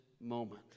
moment